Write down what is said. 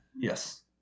Yes